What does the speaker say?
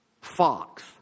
Fox